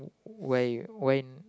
why you why